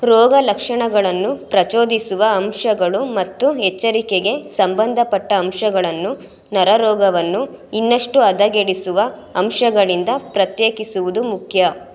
ರೋಗಲಕ್ಷಣಗಳನ್ನು ಪ್ರಚೋದಿಸುವ ಅಂಶಗಳು ಮತ್ತು ಎಚ್ಚರಿಕೆಗೆ ಸಂಬಂಧಪಟ್ಟ ಅಂಶಗಳನ್ನು ನರರೋಗವನ್ನು ಇನ್ನಷ್ಟು ಹದಗೆಡಿಸುವ ಅಂಶಗಳಿಂದ ಪ್ರತ್ಯೇಕಿಸುವುದು ಮುಖ್ಯ